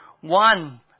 One